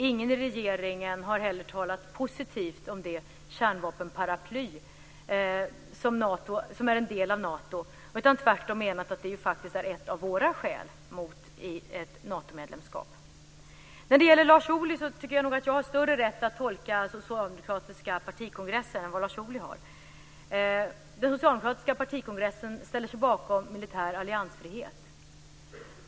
Ingen i regeringen har heller talat positivt om det kärnvapenparaply som är en del av Nato utan tvärtom menat att det faktiskt är ett av våra skäl mot ett Natomedlemskap. Jag tycker nog att jag har större rätt att tolka den socialdemokratiska partikongressen än Lars Ohly. Den socialdemokratiska partikongressen ställde sig bakom militär alliansfrihet.